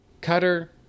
Cutter